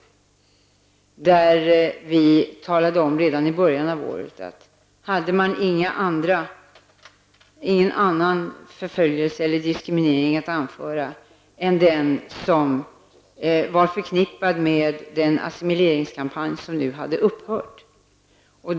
Redan i början av året talade vi om att man inte kunde påräkna asyl i Sverige, om man inte hade någon annan form av förföljelse eller diskriminering att anföra än den som var förknippad med den assimileringskampanj som nu har upphört.